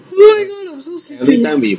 oh my god I'm so sleepy